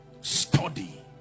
Study